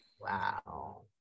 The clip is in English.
wow